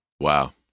Wow